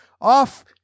off